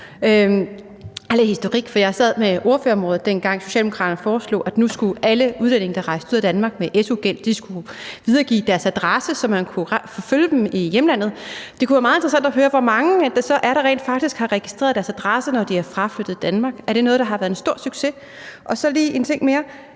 jeg sad med ordførerområdet, dengang Socialdemokraterne foreslog, at nu skulle alle udlændinge, der rejste ud af Danmark med su-gæld, videregive deres adresse, så man kunne følge dem i hjemlandet. Det kunne jo være meget interessant at høre, hvor mange det så rent faktisk er, der har registreret deres adresse, når de er fraflyttet Danmark. Er det noget, der har været en stor succes? Der er så lige en ting mere: